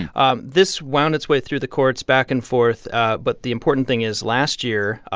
ah this wound its way through the courts back and forth but the important thing is last year,